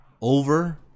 over